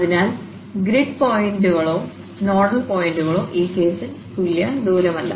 അതിനാൽ ഗ്രിഡ് പോയിന്റുകളോ നോഡൽ പോയിന്റുകളോ ഈ കേസിൽ തുല്യ ദൂരമല്ല